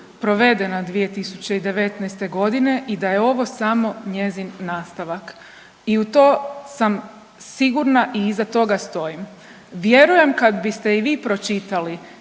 provedena 2019.g. i da je ovo samo njezin nastavak i u to sam sigurna i iza toga stojim. Vjerujem kad biste i vi pročitali